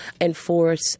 enforce